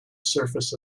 surface